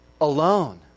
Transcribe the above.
alone